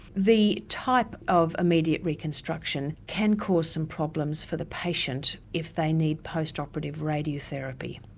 the type of immediate reconstruction can cause some problems for the patient if they need post operative radiotherapy.